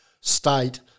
state